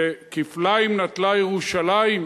וכפליים נטלה ירושלים,